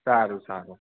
સારું સારું